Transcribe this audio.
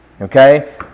okay